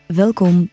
welkom